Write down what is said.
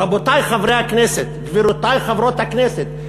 רבותי חברי הכנסת, גבירותי חברות הכנסת.